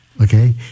Okay